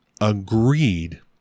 agreed